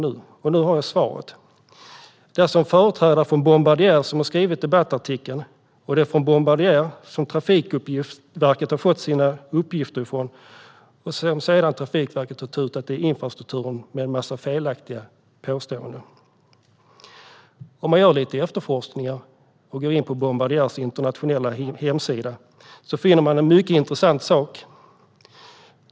Nu har jag svaret. Det är en företrädare för Bombardier som har skrivit debattartikeln. Och det är från Bombardier som Trafikverket har fått sina uppgifter. Sedan har Trafikverket kommit med en massa felaktiga påståenden när det gäller infrastrukturen. Om man gör lite efterforskningar och går in på Bombardiers internationella hemsida finner man en mycket intressant sak.